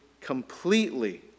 completely